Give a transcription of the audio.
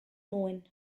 nuen